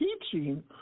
teaching